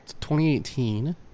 2018